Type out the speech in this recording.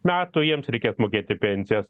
metų jiems reikės mokėti pensijas